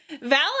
Val